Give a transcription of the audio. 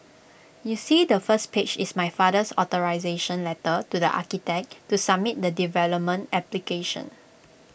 you see the first page is my father's authorisation letter to the architect to submit the development application